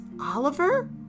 Oliver